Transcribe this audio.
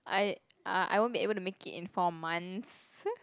I uh I won't be able to make it in four months